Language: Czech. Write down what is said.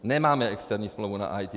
Nemáme externí smlouvu na IT.